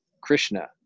Krishna